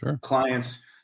clients